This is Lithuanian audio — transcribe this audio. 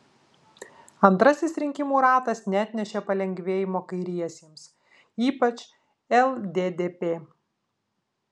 antrasis rinkimų ratas neatnešė palengvėjimo kairiesiems ypač lddp